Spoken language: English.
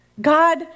God